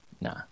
nah